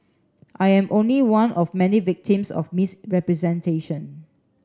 I am only one of many victims of misrepresentation